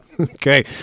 Okay